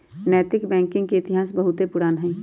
नैतिक बैंकिंग के इतिहास बहुते पुरान हइ